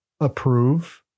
approve